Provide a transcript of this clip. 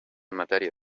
matèria